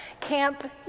Camp